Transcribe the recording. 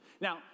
Now